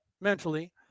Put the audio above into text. mentally